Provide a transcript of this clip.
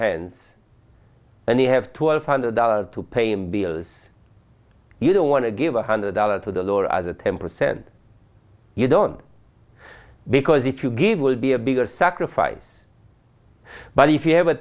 hands and you have twelve hundred dollars to pay him bills you don't want to give a hundred dollar to the lord as a ten percent you don't because if you give will be a bigger sacrifice but if you have a